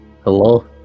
Hello